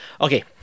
Okay